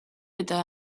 eta